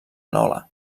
nola